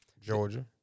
Georgia